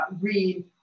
read